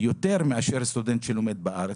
יותר מסטודנט שלומד בארץ.